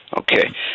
Okay